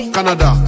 Canada